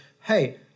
Hey